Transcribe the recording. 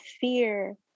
fear